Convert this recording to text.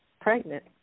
pregnant